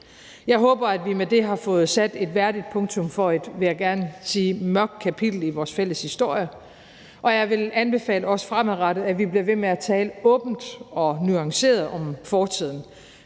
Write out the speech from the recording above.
Jeg håber, at vi med det har fået sat et værdigt punktum for et, vil jeg gerne sige, mørkt kapitel i vores fælles historie, og jeg vil anbefale også fremadrettet, at vi bliver ved med at tale åbent og nuanceret om fortiden,